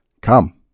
Come